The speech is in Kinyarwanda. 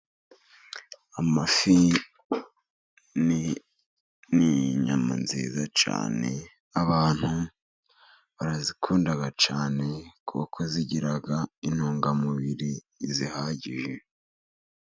Amafi ni inyama nziza cyane ,abantu barazikunda cyane kuko zigira intungamubiri zihagije.